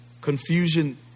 confusion